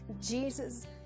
Jesus